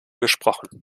gesprochen